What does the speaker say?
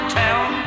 town